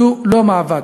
זה לא מאבק.